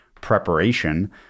preparation